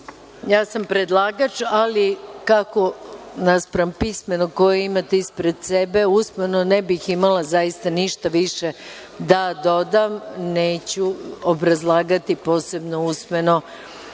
sam predlagač, ali kako naspram pismenog koje imate ispred sebe, usmeno ne bih imala zaista ništa više da dodam, neću obrazlagati posebno usmeno